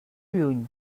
lluny